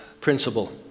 principle